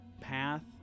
path